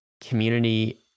community